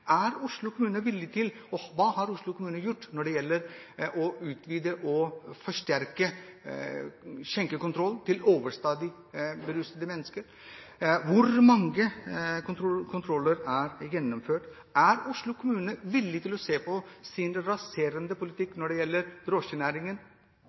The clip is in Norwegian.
har Oslo kommune gjort når det gjelder å utvide og forsterke skjenkekontrollen av overstadig berusede mennesker? Hvor mange kontroller er gjennomført? Er Oslo kommune villig til å se på sin raserende